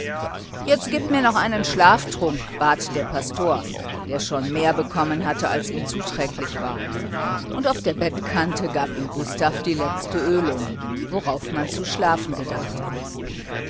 jetzt gib mir noch einen schlaftrunk bat der pastor der schon mehr bekommen hatte als ihm zuträglich war und auf der bettkante gab ihm gustav die letzte ölung worauf man zu schlafen gedachte